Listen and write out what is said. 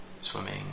swimming